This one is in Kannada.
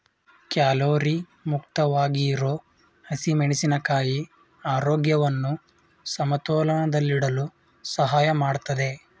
ಕ್ಯಾಲೋರಿ ಮುಕ್ತವಾಗಿರೋ ಹಸಿಮೆಣಸಿನ ಕಾಯಿ ಆರೋಗ್ಯವನ್ನು ಸಮತೋಲನದಲ್ಲಿಡಲು ಸಹಾಯ ಮಾಡ್ತದೆ